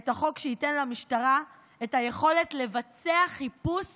את החוק שייתן למשטרה את היכולת לבצע חיפוש